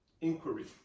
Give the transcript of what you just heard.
inquiry